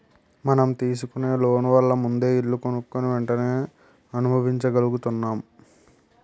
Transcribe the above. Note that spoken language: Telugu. మనం తీసుకునే లోన్ వల్ల ముందే ఇల్లు కొనుక్కుని వెంటనే అనుభవించగలుగుతున్నాం